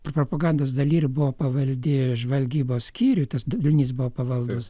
propagandos daly ir buvo pavaldi žvalgybos skyriui tas dalinys buvo pavaldus